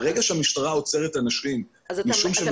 ברגע שהמשטרה עוצרת אנשים משום שהם